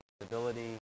stability